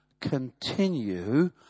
continue